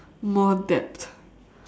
more depth